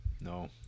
No